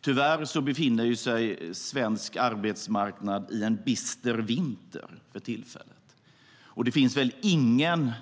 Tyvärr befinner sig svensk arbetsmarknad i en bister vinter för tillfället, och det finns väl inga